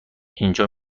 اینجا